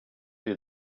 you